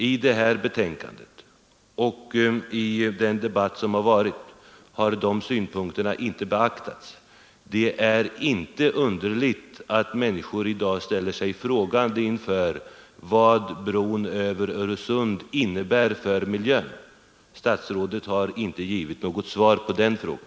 I detta betänkande och i den debatt som har förts har dessa synpunkter inte beaktats. Det är inte underligt att människor i dag ställer sig frågande inför vad bron över Öresund innebär för miljön. Statsrådet har inte givit något svar på den frågan.